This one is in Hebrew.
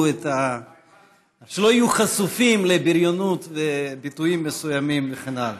שלא יהיו חשופים לבריונות ולביטויים מסוימים וכן הלאה.